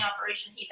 operation